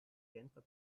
genfer